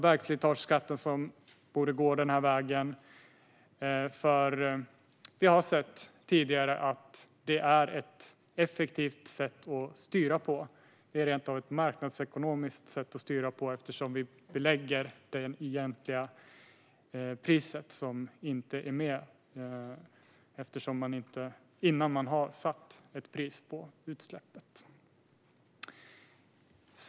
Vägslitageskatten borde också gå den här vägen. Vi har sett tidigare att det är ett effektivt sätt att styra på. Det är rent av ett marknadsekonomiskt sätt att styra på, eftersom vi belägger det egentliga priset, som inte är med innan man har satt ett pris på utsläppet.